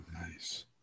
Nice